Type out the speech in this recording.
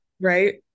right